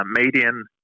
Median